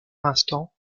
instants